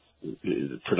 production